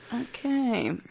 Okay